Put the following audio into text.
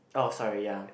oh sorry ya